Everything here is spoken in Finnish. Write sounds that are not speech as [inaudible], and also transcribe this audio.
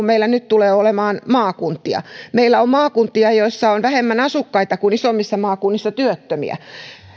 [unintelligible] meillä nyt tulee olemaan maakuntia meillä on maakuntia joissa on vähemmän asukkaita kuin isommissa maakunnissa työttömiä